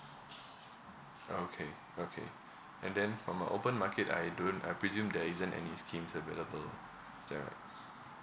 okay okay and then from a open market I don't I presume there isn't any schemes available is that right